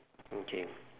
okay